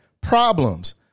problems